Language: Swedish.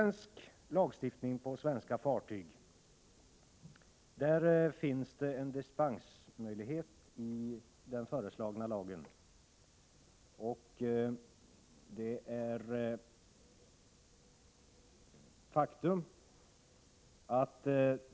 Beträffande tillämpning av utländsk lagstiftning i fråga om svenska fartyg föreslås nu en dispensmöjlighet.